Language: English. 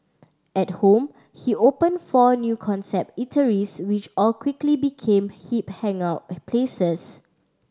at home he opened four new concept eateries which all quickly became hip hangout places